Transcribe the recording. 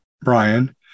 Brian